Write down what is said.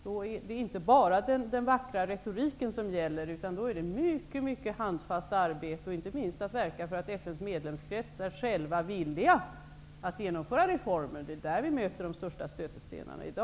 Det är inte bara den vackra retoriken som gäller, utan det är fråga om mycket handfast arbete. Det är inte minst fråga om att verka för att FN:s medlemsländer själva är villiga att genomföra reformen. Det är där som vi i dag möter de största stötestenarna.